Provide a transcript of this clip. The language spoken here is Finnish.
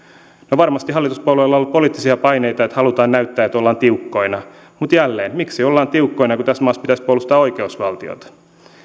no varmasti hallituspuolueilla on ollut poliittisia paineita että halutaan näyttää että ollaan tiukkoina mutta jälleen miksi ollaan tiukkoina kun tässä maassa pitäisi puolustaa oikeusvaltiota